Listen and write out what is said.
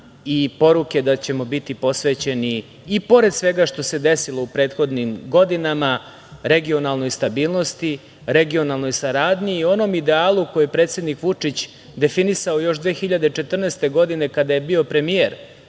i poruke da ćemo biti posvećeni i pored svega što se desilo u prethodnim godinama, regionalnoj stabilnosti, regionalnoj saradnji i onom idealu koji je predsednik Vučić definisao 2014. godine kada je bio premijer,